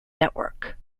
network